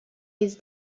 his